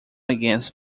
against